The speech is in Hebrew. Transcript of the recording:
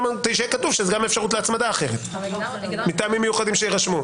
שיהיה כתוב שזאת גם אפשרות אחרת להצמדה מטעמים מיוחדים שיירשמו.